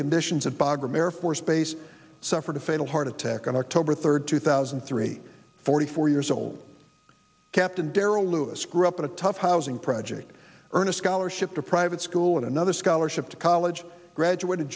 remember force base suffered a fatal heart attack on october third two thousand and three forty four years old captain darrell lewis grew up in a tough housing project earn a scholarship to private school and another scholarship to college graduate